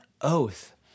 oath